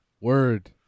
Word